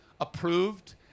approved